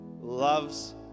loves